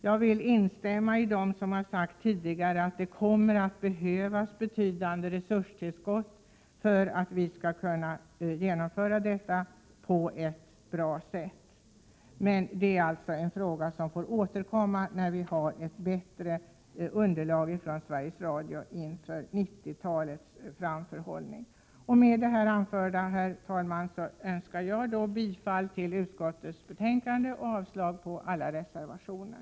Jag instämmer med dem som har sagt att det kommer att behövas betydande resurstillskott för att vi skall kunna genomföra detta på ett bra sätt. Men det är alltså en fråga som vi får återkomma till när vi har ett bättre underlag från Sveriges Radio i fråga om framförhållningen inför 1990-talet. Med det anförda, herr talman, yrkar jag bifall till utskottets hemställan och avslag på alla reservationer.